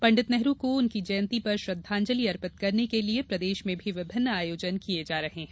पंडित नेहरू को उनकी जयंती पर श्रद्वांजली अर्पित करने के लिए प्रदेश में भी विभिन्न आयोजन किये जा रहे हैं